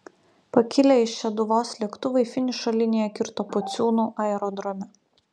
pakilę iš šeduvos lėktuvai finišo liniją kirto pociūnų aerodrome